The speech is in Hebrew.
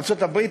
ארצות-הברית,